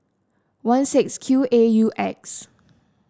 one six Q A U X